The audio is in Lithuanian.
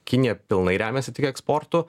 kinija pilnai remiasi tik eksportu